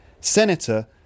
senator